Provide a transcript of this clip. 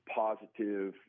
positive